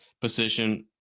position